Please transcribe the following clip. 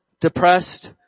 depressed